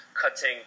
cutting